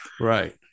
Right